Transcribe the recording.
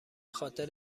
خاطر